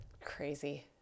Crazy